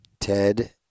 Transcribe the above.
Ted